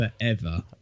forever